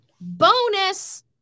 bonus